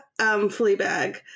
Fleabag